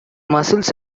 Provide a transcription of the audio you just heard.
muscles